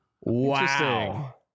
Wow